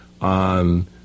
on